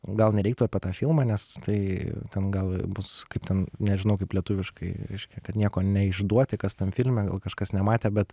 gal nereiktų apie tą filmą nes tai ten gal bus kaip ten nežinau kaip lietuviškai reiškia kad nieko neišduoti kas tam filme gal kažkas nematė bet